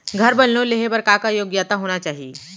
घर बर लोन लेहे बर का का योग्यता होना चाही?